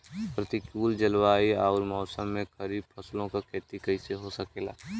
प्रतिकूल जलवायु अउर मौसम में खरीफ फसलों क खेती कइसे हो सकेला?